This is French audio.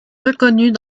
reconnues